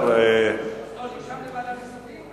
אני מבקש לוועדת חוקה.